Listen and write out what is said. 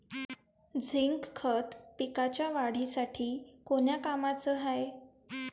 Zinc खत पिकाच्या वाढीसाठी कोन्या कामाचं हाये?